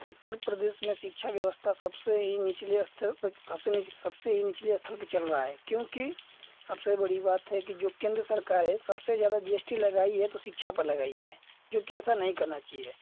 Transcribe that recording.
उत्तर परदेस में शिक्षा व्यवस्था सबसे ही निचले स्तर पर सबसे निच सबसे ही निचले स्थल पर चल रहा है क्योंकि सबसे बड़ी बात है कि जो केंद्र सरकार है सबसे ज़्यादा जी एस टी लगाई है तो शिक्षा पर लगाई है जो कि ऐसा नहीं करना चाहिए